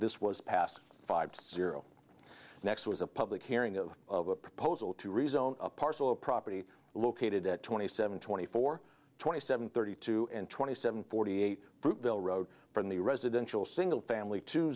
this was passed five zero next was a public hearing of of a proposal to rezone a parcel of property located at twenty seven twenty four twenty seven thirty two and twenty seven forty eight fruitvale road from the residential single family to